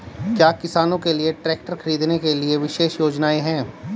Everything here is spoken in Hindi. क्या किसानों के लिए ट्रैक्टर खरीदने के लिए विशेष योजनाएं हैं?